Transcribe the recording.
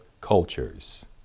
cultures